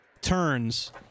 turns